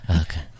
Okay